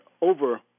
over